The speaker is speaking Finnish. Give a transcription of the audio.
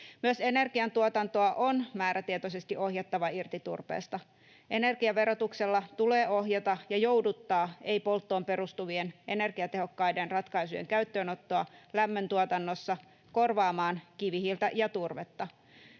Myös energiantuotantoa on määrätietoisesti ohjattava irti turpeesta. Energiaverotuksella tulee ohjata ja jouduttaa polttoon perustumattomien energiatehokkaiden ratkaisujen käyttöönottoa lämmöntuotannossa korvaamaan kivihiiltä ja turvetta.